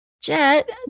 Jet